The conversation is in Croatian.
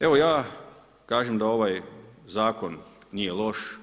Evo, ja kažem da ovaj Zakon nije loš.